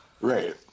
Right